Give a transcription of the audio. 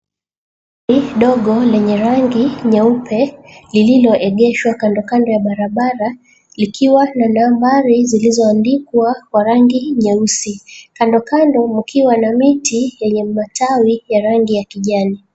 Gari dogo lenye rangi nyeupe lililoegeshwa kando kando ya barabara likiwa na nambari zilizoandikwa kwa rangi nyeusi, kando kando mkiwa na miti yenye matawi ya rangi ya kijani.